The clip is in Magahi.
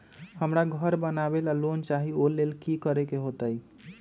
हमरा घर बनाबे ला लोन चाहि ओ लेल की की करे के होतई?